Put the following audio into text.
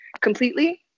completely